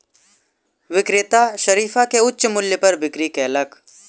विक्रेता शरीफा के उच्च मूल्य पर बिक्री कयलक